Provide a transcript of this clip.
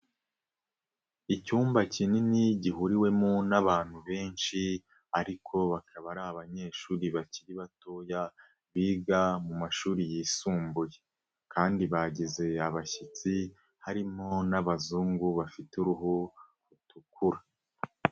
Icyumba kinini gihuriwemo n'abantu benshi ariko bakaba ari abanyeshuri bakiri batoya biga mu mashuri yisumbuye kandi bagize abashyitsi harimo n'abazungu bafite uruhu rutukura.